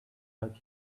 back